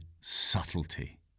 subtlety